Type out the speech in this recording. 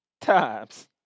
times